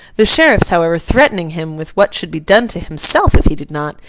the sheriffs, however, threatening him with what should be done to himself if he did not,